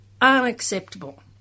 unacceptable